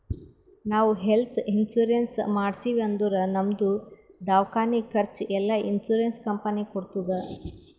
ನಾವ್ health insurance ಮಾಡ್ಸಿವ್ ಅಂದುರ್ ನಮ್ದು ದವ್ಕಾನಿ ಖರ್ಚ್ ಎಲ್ಲಾ ಇನ್ಸೂರೆನ್ಸ್ ಕಂಪನಿ ಕೊಡ್ತುದ್